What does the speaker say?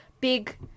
big